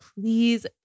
please